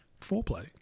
foreplay